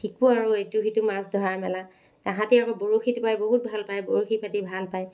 শিকো আৰু ইটি সিটো মাছ ধৰা মেলা তাহাঁতি আকৌ বৰশী টোপাই বহুত ভাল পায় বৰশী পাতি ভাল পায়